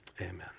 Amen